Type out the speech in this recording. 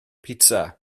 pitsa